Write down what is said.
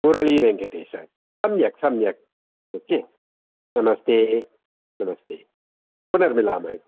मुरळी वेङ्कटेशः सम्यक् सम्यक् ओे के नमस्ते नमस्ते पुनर्मिलामः